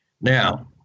Now